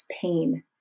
pain